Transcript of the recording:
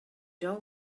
door